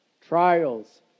trials